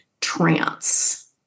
trance